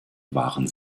waren